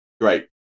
great